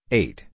eight